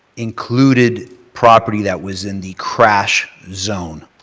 included property that was in the crash zone.